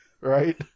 right